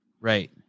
Right